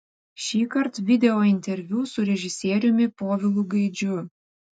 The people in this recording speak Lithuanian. šįkart videointerviu su režisieriumi povilu gaidžiu